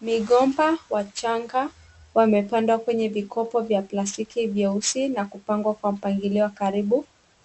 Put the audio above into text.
Migomba wachanga wamepandwa kwenye vikopo vya plastiki vyeusi na kupangwa kwa mpangilio wa karibu,